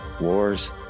wars